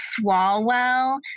Swalwell